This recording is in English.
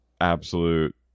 absolute